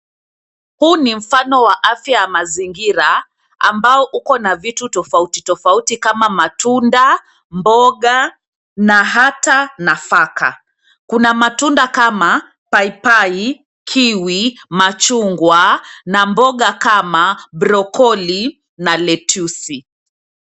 Huu ni mfano wa afya ya mazingira, ambao uko na vitu tofauti tofauti kama matunda, mboga, na hata nafaka. Kuna matunda kama, paipai, kiwi , machungwa, na mboga kama, brokoli, na lettuce .